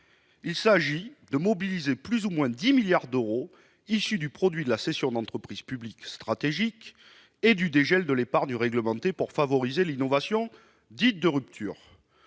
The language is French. Il s'agit de mobiliser plus ou moins 10 milliards d'euros, issus du produit de la cession d'entreprises publiques stratégiques et du dégel de l'épargne réglementée, pour favoriser l'innovation dite « de rupture